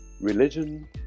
religion